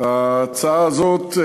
ההצעה הזאת,